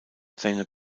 seine